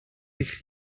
eich